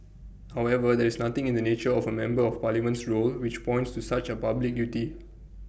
however there is nothing in the nature of A member of Parliament's role which points to such A public duty